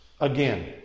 Again